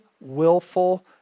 willful